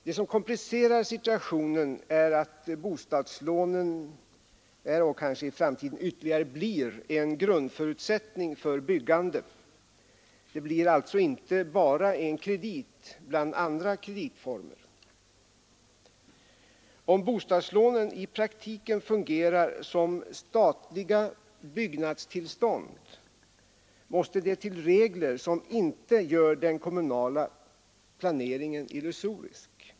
Det som komplicerar situationen är att bostadslånen är och kanske i framtiden blir en ytterligare grundförutsättning för byggande — de blir alltså inte bara en kredit bland andra krediter. Om bostadslånen i praktiken fungerar som statliga byggnadstillstånd måste det till regler som inte gör den kommunala planeringen illusorisk.